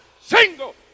single